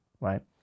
right